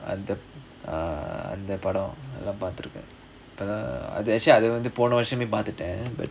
uh அந்த அந்த படம் எல்லா பாத்துருக்கேன்:andha andha padam ellaa pathurukkaen err actually அது போன வருஷமே பாத்துட்டேன்:athu pona varushamae paathutaean